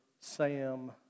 Sam